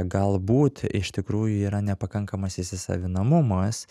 galbūt iš tikrųjų yra nepakankamas įsisavinamumas